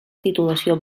titulació